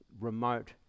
remote